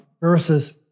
verses